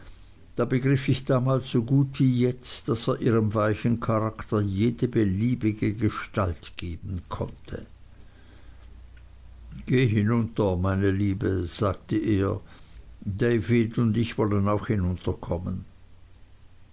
da begriff ich damals so gut wie jetzt daß er ihrem weichen charakter jede beliebige gestalt geben konnte geh hinunter meine liebe sagte er david und ich wollen auch